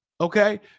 Okay